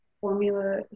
formula